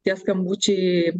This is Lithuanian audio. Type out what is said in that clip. tie skambučiai